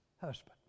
husband